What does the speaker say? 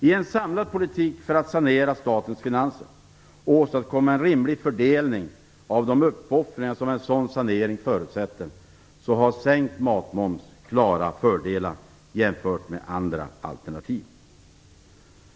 I en samlad politik för att sanera statens finanser och åstadkomma en rimlig fördelning av de uppoffringar som en sådan sanering förutsätter har sänkt matmoms klara fördelar jämfört med andra alternativ.